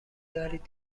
دارید